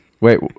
Wait